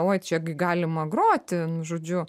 oi čia gi galima groti nu žodžiu